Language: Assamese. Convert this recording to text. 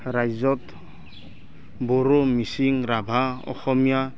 ৰাজ্যত বড়ো মিচিং ৰাভা অসমীয়া